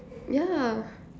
ya